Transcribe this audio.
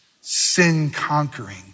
sin-conquering